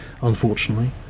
Unfortunately